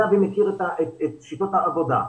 יודע מכיר את שיטות העבודה.